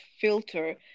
filter